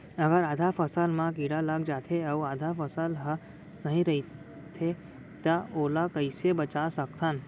अगर आधा फसल म कीड़ा लग जाथे अऊ आधा फसल ह सही रइथे त ओला कइसे बचा सकथन?